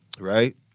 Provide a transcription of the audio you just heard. Right